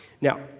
Now